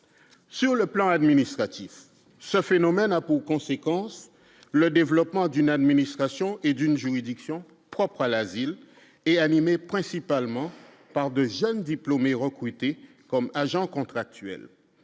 sur le plan administratif, ce phénomène a pour conséquence le développement d'une administration et d'une juridiction propre à l'asile et animée principalement par 2 jeunes diplômés recrutés comme agents contractuels,